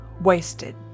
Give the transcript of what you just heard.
wasted